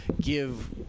give